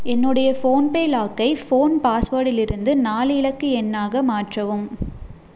என்னுடைய ஃபோன்பே லாக்கை ஃபோன் பாஸ்வேர்டிலிருந்து நாலு இலக்கு எண்ணாக மாற்றவும்